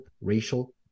racial